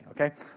okay